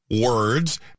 words